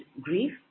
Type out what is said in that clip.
grief